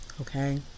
Okay